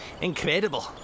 incredible